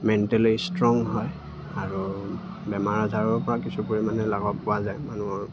mentally strong হয় আৰু বেমাৰ আজাৰৰ পৰা কিছু পৰিমাণে লাঘৱ পোৱা যায় মানুহৰ